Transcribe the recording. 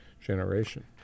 generation